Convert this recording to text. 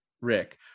Rick